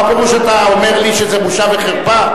מה פירוש שאתה אומר לי שזאת בושה וחרפה?